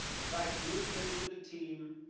as i communicated to the team,